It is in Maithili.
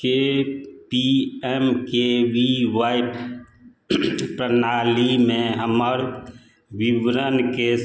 के P M K V Y प्रणालीमे हमर विवरणकेँ